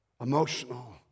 emotional